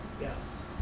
Yes